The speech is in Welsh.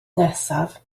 nesaf